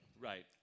Right